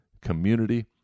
community